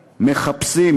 מחפשים,